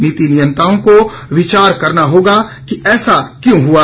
नीति नियंताओं को विचार करना होगा कि ऐसा क्यों हुआ